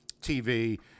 TV